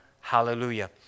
hallelujah